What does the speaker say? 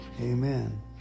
Amen